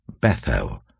Bethel